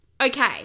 Okay